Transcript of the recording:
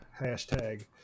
hashtag